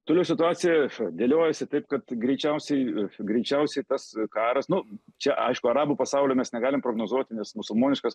toliau situacija dėliojasi taip kad greičiausiai greičiausiai tas karas nu čia aišku arabų pasaulio mes negalim prognozuoti nes musulmoniškas